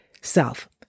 self